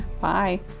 bye